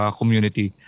community